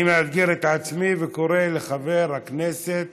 11154. אני מאתגר את עצמי וקורא לחבר הכנסת